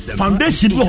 foundation